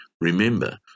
remember